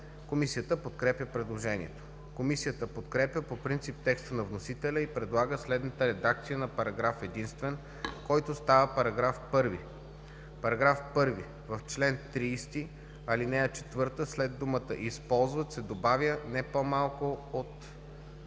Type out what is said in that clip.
Комисията подкрепя предложението. Комисията подкрепя по принцип текста на вносителя и предлага следната редакция за параграф единствен, който става § 1: „§ 1. В чл. 30, ал. 4 след думата „използват“ се добавя „не по-малко от